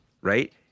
right